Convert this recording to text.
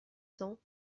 cents